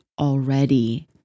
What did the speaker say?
already